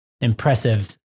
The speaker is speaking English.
impressive